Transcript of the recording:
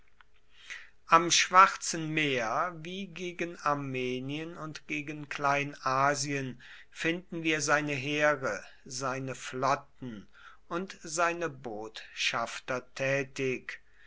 am schwarzen meer wie gegen armenien und gegen kleinasien finden wir seine heere seine flotten und seine botschafter tätig